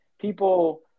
people